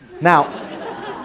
Now